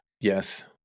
Yes